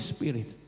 Spirit